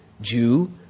Jew